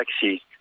taxi